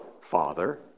father